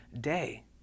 day